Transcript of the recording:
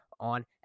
On